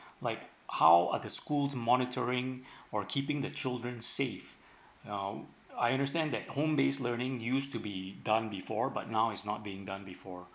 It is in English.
like how are the schools monitoring or keeping the children's safe uh I understand that home based learning used to be done before but now is not being done before